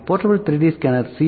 portable 3D scanner C